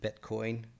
Bitcoin